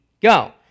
go